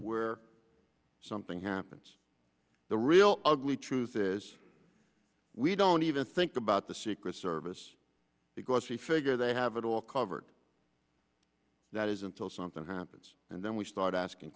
where something happens the real ugly truth is we don't even think about the secret service because we figure they have it all covered that is until something happens and then we start asking